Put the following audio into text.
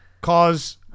cause